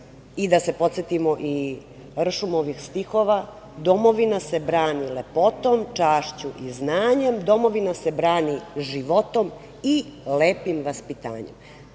Da se podsetimo i Ršumovih stihova: „Domovina se brani lepotom, čašću i znanjem, domovina se brani životom i lepim vaspitanjem“,